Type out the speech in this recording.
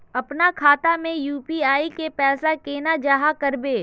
अपना खाता में यू.पी.आई के पैसा केना जाहा करबे?